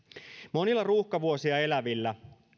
monilla ruuhkavuosia elävillä